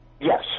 Yes